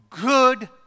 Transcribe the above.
good